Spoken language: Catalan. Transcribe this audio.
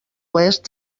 oest